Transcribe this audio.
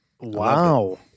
Wow